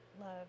love